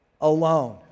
alone